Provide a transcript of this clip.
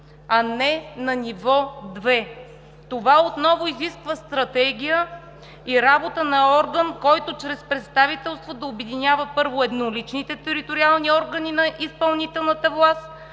а не на ниво 2. Това отново изисква стратегия и работа на орган, който чрез представителство да обединява, първо, едноличните териториални органи на изпълнителна власт,